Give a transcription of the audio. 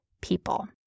people